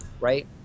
right